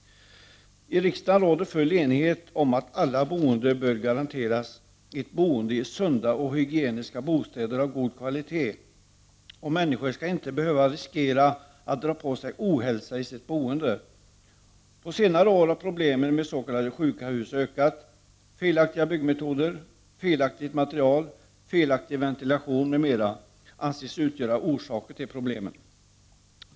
I riksdagen råder det full enighet om att alla boende bör garanteras ett boende i sunda och hygieniska bostäder som är av god kvalitet. Människor skall inte behöva riskera att dra på sig ohälsa i sitt boende. På senare år har problemen med s.k. sjuka hus ökat. Felaktiga byggmetoder, felaktigt material, felaktig ventilation m.m. anses vara några av orsakerna till problemen.